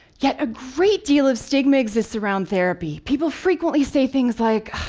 yet, a great deal of stigma exists around therapy. people frequently say things like,